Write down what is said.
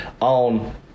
on